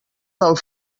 del